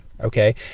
okay